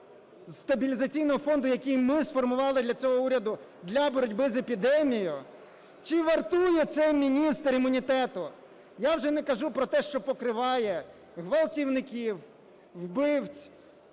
зі стабілізаційного фонду, який ми сформували для цього уряду для боротьби з епідемією, чи вартує цей міністр імунітету? Я вже не кажу про те, що покриває ґвалтівників, вбивць